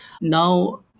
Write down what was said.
Now